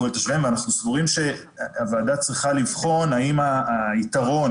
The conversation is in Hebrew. ואנחנו סבורים שהוועדה צריכה לבחון האם היתרון